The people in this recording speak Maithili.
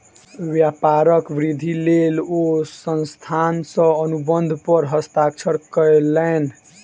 व्यापारक वृद्धिक लेल ओ संस्थान सॅ अनुबंध पर हस्ताक्षर कयलैन